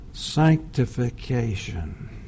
Sanctification